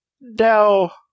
Now